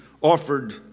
offered